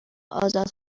آزاد